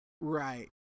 right